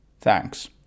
Thanks